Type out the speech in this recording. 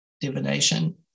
divination